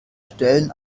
stellen